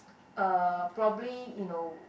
uh probably you know